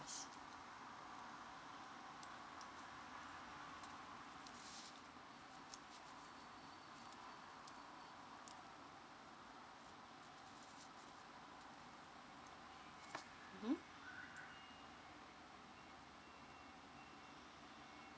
mm